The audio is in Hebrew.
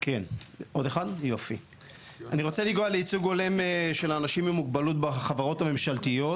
אני רוצה לנגוע בייצוג הולם של אנשים עם מוגבלות בחברות הממשלתיות.